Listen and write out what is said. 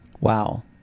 Wow